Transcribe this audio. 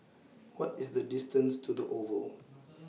What IS The distance to The Oval